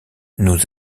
nous